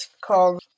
called